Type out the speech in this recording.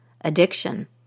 addiction